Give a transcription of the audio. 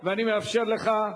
ואני מאפשר לך,